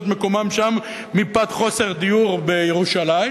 את מקומם שם מפאת חוסר דיור בירושלים,